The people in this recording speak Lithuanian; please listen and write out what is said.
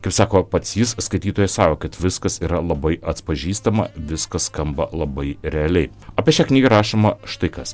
kaip sako pats jis skaitytojas sako kad viskas yra labai atpažįstama viskas skamba labai realiai apie šią knygą rašoma štai kas